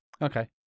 Okay